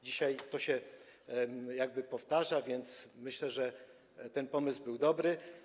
Dzisiaj to się jakby powtarza, więc myślę, że ten pomysł był dobry.